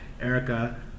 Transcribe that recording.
Erica